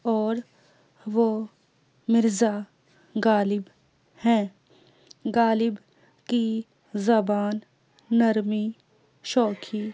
اور وہ مرزا غالب ہیں غالب کی زبان نرمی شوخی